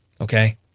okay